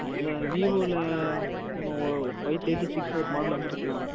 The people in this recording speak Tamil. அந்த வீவோவில ஒன்று ஃபைவ் தேர்டி சிக்ஸ் ஒரு மாடல் வந்துருக்கு அண்ணா